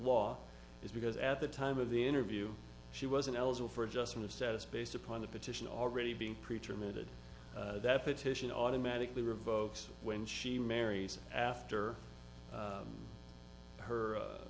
law is because at the time of the interview she wasn't eligible for adjustment of status based upon the petition already being preacher emitted that petition automatically revokes when she marries after her